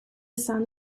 son